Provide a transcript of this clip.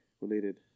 related